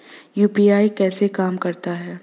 UPI कैसे काम करता है?